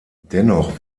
dennoch